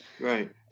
Right